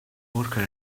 worker